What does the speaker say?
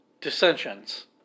dissensions